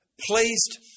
placed